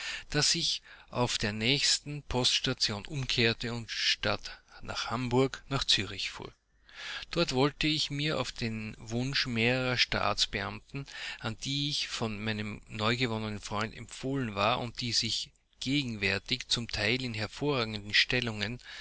daß ich auf der nächsten poststation umkehrte und statt nach hamburg nach zürich fuhr dort wollte ich mir auf den wunsch mehrerer staatsbeamten an die ich von meinem neugewonnenen freund empfohlen war und die sich gegenwärtig zum teil in hervorragenden stellungen